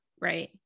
right